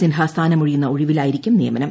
സിൻഹ സ്ഥാനമൊഴിയുന്ന ഒഴിവിലായിരിക്കും നിയമനം